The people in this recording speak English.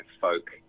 folk